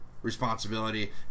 Responsibility